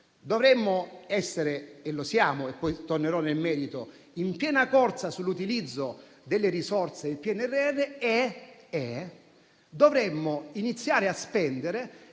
dovremo essere - e lo siamo: poi tornerò nel merito - in piena corsa sull'utilizzo delle risorse del PNRR e dovremo iniziare a spendere